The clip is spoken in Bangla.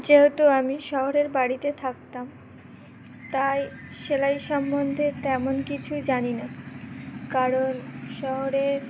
যেহেতু আমি শহরের বাড়িতে থাকতাম তাই সেলাই সম্বন্ধে তেমন কিছুই জানি না কারণ শহরের